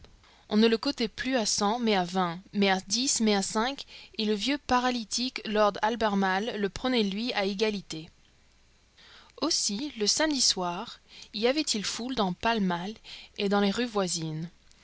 on ne le cotait plus à cent mais à vingt mais à dix mais à cinq et le vieux paralytique lord albermale le prenait lui à égalité aussi le samedi soir y avait-il foule dans pall mall et dans les rues voisines